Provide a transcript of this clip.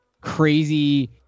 crazy